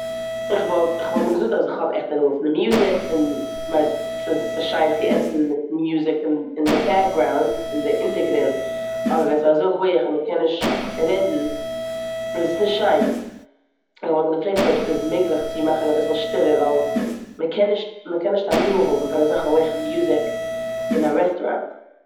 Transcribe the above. כ'וואלט- כ'וואלט אים געזאגט אז כ'האב עכט הנאה פון די מוזיק און ווייסט ס'איז- ס'שיין צו עסן מיט מוזיק אי- אין די בעקגראונד, אין די הונטערגרונד. אבער ווען ס'אזוי הויך און מ'קען נישט רעדן איז עס נישט שיין. כ'וואלט אים געפרעגט אויב ס'איז מעגליך צו מאכן אביסל שטילער ווייל מ'קען נישט מ'קען נישט הנאה האבן פון אזעלכע הויכע מוזיק אין א רעסטוראונט.